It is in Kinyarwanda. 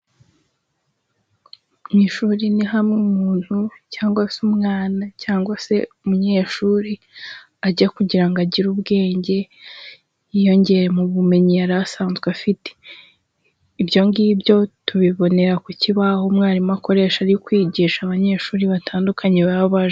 Mu ishuri ni hamwe umuntu cyangwa se umwana cyangwa se umunyeshuri ajya kugira ngo agire ubwenge yiyongeye mu bumenyi yari asanzwe afite, ibyo ngibyo tubibonera ku kibaho umwarimu akoresha ari kwigisha abanyeshuri batandukanye baba baje.